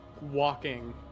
walking